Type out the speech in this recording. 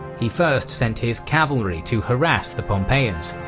he first sent his cavalry to harass the pompeians,